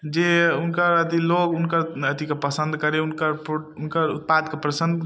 जे हुनकर अथी लोग हुनकर अथीके पसन्द करय हुनकर हुनकर उत्पादके पसन्द